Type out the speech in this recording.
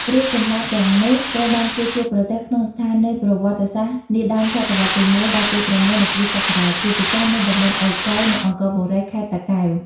រូបចម្លាក់ទាំងនោះត្រូវបានគេជួបប្រទះក្នុងស្ថានីយ៍ប្រវត្តិសាស្ត្រនាដើមសតវត្សរ៍ទី១ ដល់ទី៦ នៃគ្រិស្តសករាជ ជាពិសេសនៅតំបន់អូរកែវ និងអង្គរបុរី ខេត្តតាកែវ។